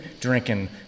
drinking